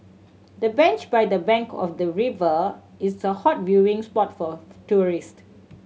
the bench by the bank of the river is a hot viewing spot for tourists